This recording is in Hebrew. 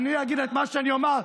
אני אגיד את מה שאני אומר.